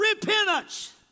repentance